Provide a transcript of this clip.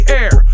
air